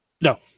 No